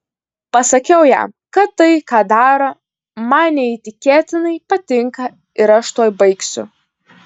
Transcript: pasakiau jam kad tai ką daro man neįtikėtinai patinka ir aš tuoj baigsiu